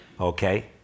Okay